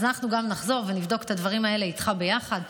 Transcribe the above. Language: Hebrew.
אז אנחנו גם נחזור ונבדוק את הדברים האלה איתך ביחד.